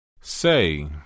Say